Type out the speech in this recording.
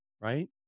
right